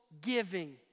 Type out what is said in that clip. giving